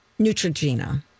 Neutrogena